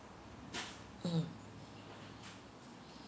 mm